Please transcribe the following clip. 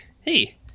hey